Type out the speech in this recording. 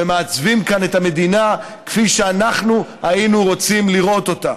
ומעצבים כאן את המדינה כפי שאנחנו היינו רוצים לראות אותה.